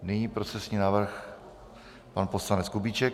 Nyní procesní návrh pan poslanec Kubíček.